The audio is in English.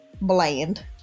bland